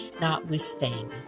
notwithstanding